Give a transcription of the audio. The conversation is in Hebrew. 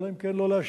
אלא אם כן לא להשיב.